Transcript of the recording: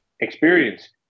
experience